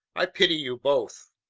i pity you both!